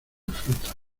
fruta